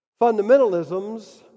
Fundamentalisms